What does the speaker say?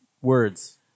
Words